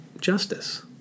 justice